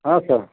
है सर